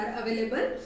available